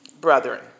brethren